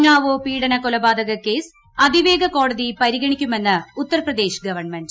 ഉന്നാവോ പീഡനകൊലപാതക്ട് ക്കേസ് അതിവേഗ കോടതി പരിഗണിക്കുമെന്ന് ഉത്തർപ്പ്രദേശ്ര് ്ഗവൺമെന്റ്